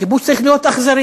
כיבוש צריך להיות אכזרי,